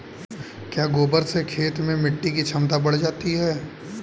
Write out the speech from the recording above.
क्या गोबर से खेत में मिटी की क्षमता बढ़ जाती है?